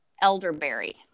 Elderberry